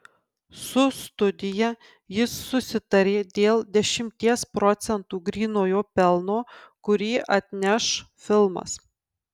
su studija jis susitarė dėl dešimties procentų grynojo pelno kurį atneš filmas